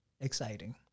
exciting